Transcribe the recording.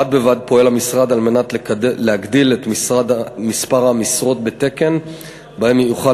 בד בבד פועל המשרד כדי להגדיל את מספר המשרות בתקן שבהן נוכל